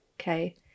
okay